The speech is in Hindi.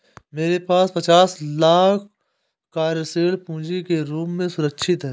मेरे पास पचास लाख कार्यशील पूँजी के रूप में सुरक्षित हैं